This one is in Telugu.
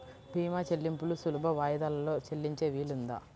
భీమా చెల్లింపులు సులభ వాయిదాలలో చెల్లించే వీలుందా?